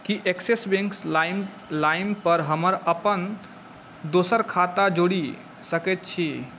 की Axis bank line पर हम अपन दोसर खाता जोड़ि सकैत छी